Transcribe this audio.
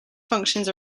functions